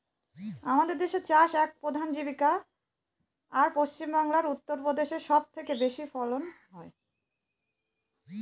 আমাদের দেশের চাষ এক প্রধান জীবিকা, আর পশ্চিমবাংলা, উত্তর প্রদেশে সব চেয়ে বেশি ফলন হয়